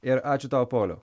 ir ačiū tau pauliau